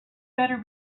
better